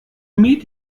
meet